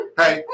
hey